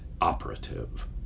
operative